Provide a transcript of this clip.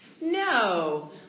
No